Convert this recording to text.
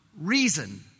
reason